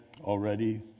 already